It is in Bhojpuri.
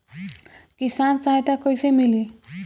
किसान सहायता कईसे मिली?